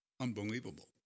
unbelievable